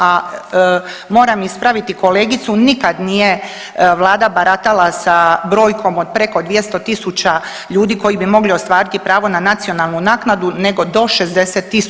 A moram ispraviti kolegicu, nikad nije Vlada baratala sa brojkom od preko 200 000 ljudi koji bi mogli ostvariti pravo na nacionalnu naknadu, nego do 60 000 osoba.